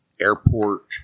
airport